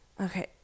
Okay